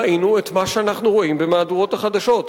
ראינו את מה שאנחנו רואים במהדורות החדשות.